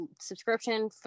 subscription